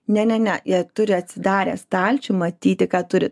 ne ne ne jie turi atsidarę stalčių matyti ką turi